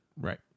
Right